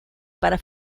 para